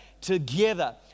together